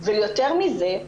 ויותר מזה,